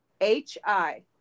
H-I